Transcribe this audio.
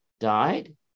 died